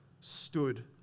stood